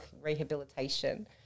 rehabilitation